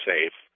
safe